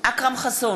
אכרם חסון,